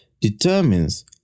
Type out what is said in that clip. determines